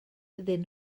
iddyn